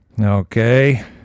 Okay